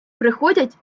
приходять